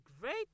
great